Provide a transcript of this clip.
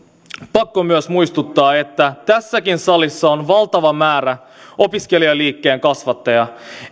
pakko myös muistuttaa että tässäkin salissa on valtava määrä opiskelijaliikkeen kasvatteja